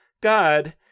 God